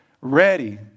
ready